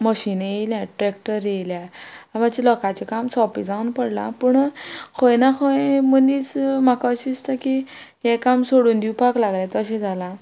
मशिनां येयल्या ट्रॅक्टर येयल्या मातशें लोकांचें काम सोंपें जावन पडलां पूण खंय ना खंय मनीस म्हाका अशें दिसता की हें काम सोडून दिवपाक लागल्या तशें जालां